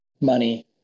money